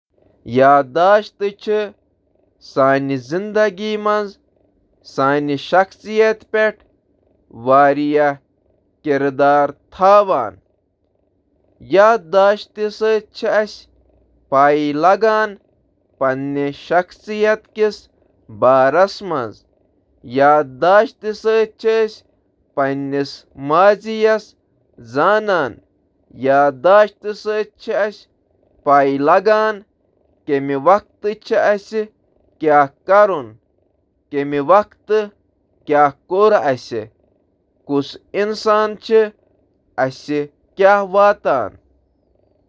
Memory چِھ سانہٕ عقائد، طرز عمل تہٕ احساس پانس متٲثر کٔرتھ سانہٕ شناختچ تشکیل دینس منٛز مرکزی کردار ادا کران۔